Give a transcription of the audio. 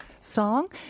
song